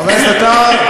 חבר הכנסת עטר,